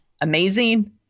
amazing